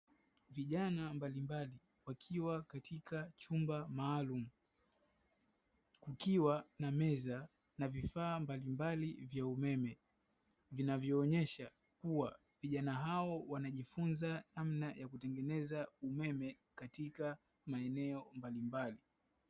Vijana mbalimbali wakiwa katika chumba maalumu kikiwa na meza na vifaa mbalimbali vya umeme vinavyoonyesha kuwa vijana hao wanajifunza namna ya kutengeneza umeme katika maeneo mbalimbali.